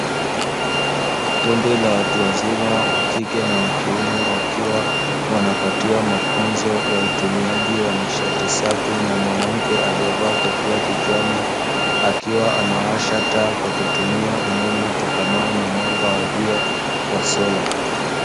Kundi la watu wazima, wa kike na wa kiume, wakiwa wanapatiwa mafunzo ya utumiaji wa nishati safi, na mwanamke aliyevaa kofia kichwani, akiwa anawasha taa kwa kutumia umeme utokanao na mwanga wa jua wa sola.